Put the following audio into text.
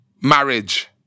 Marriage